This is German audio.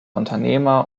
unternehmer